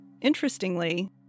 Interestingly